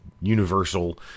universal